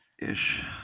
Ish